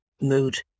mood